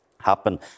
happen